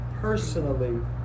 personally